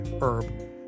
herb